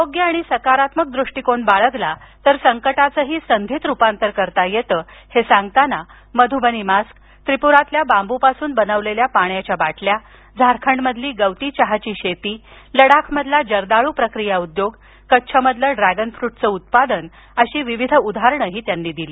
योग्य आणि सकारात्मक दृष्टीकोन बाळगला तर संकटाचंही संधीत रुपांतर करता येतं हे सांगताना मधुबनी मास्क त्रिपुरातल्या बांबूपासून बनवलेल्या पाण्याच्या बाटल्या झारखंडमधली गवती चहाची शेती लडाख मधला जर्दाळू प्रक्रिया उद्योग कच्छ मधलं ड्रॅगन फ्रूटचं उत्पादन अशी विविध उदाहरण त्यांनी दिली